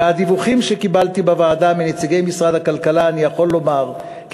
מהדיווחים שקיבלתי בוועדה מנציגי משרד הכלכלה אני יכול לומר כי